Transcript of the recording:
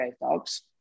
dogs